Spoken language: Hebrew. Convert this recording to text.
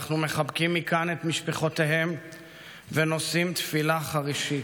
אנחנו מחבקים מכאן את משפחותיהם ונושאים תפילה חרישית: